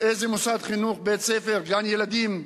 איזה מוסד חינוך, בית-ספר, גן-ילדים,